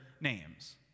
Names